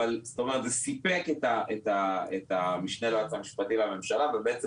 אבל זאת אומרת זה סיפק את המשנה ליועץ המשפטי לממשלה ובעצם